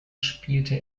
spielte